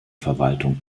verwaltung